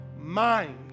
mind